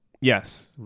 Yes